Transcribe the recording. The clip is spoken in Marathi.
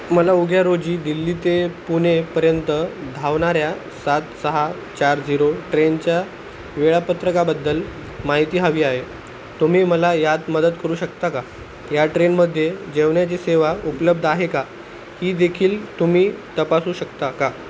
मला उद्या रोजी दिल्ली ते पुणेपर्यंत धावणाऱ्या सात सहा चार झिरो ट्रेनच्या वेळापत्रकाबद्दल माहिती हवी आहे तुम्ही मला यात मदत करू शकता का या ट्रेनमध्ये जेवणाची सेवा उपलब्ध आहे का ही देखील तुम्ही तपासू शकता का